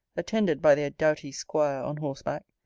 attended by their doughty squire on horseback,